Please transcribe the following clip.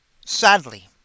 Sadly